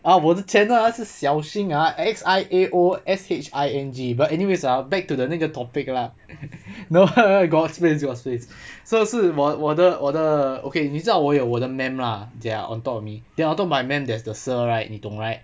ah 我的 channel 是 xiaoshing ah X I A O S H I N G but anyways ah back to the 那个 topic lah no no no got space got space so 是我我的我的 okay 你知道我有我的 mam lah they are on top of me then on top of my mam there's the sir right 你懂 right